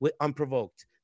unprovoked